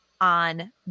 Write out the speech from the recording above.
on